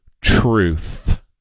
truth